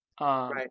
Right